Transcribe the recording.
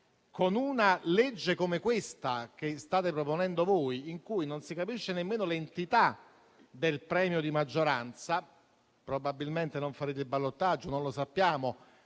con una legge come quella che state proponendo voi, in cui non si capisce nemmeno l'entità del premio di maggioranza - probabilmente non farete il ballottaggio, non lo sappiamo,